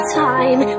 time